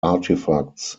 artifacts